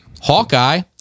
Hawkeye